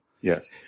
Yes